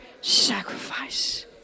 sacrifice